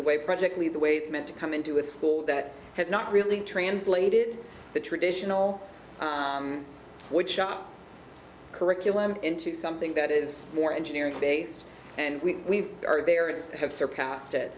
the way project lead the way it's meant to come into a school that has not really translated the traditional which shop curriculum into something that is more engineering based and we are there and have surpassed it